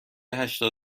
هشتاد